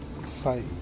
fight